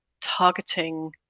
targeting